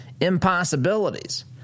impossibilities